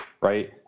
right